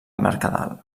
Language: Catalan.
mercadal